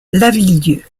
lavilledieu